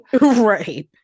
Right